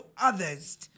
others